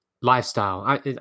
lifestyle